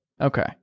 Okay